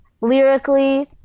lyrically